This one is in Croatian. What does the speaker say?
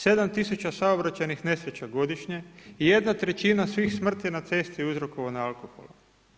7000 saobraćajnih nesreća godišnje i 1/3 svih smrti na cesti uzrokovana je alkoholom.